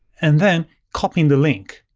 and then copying the link.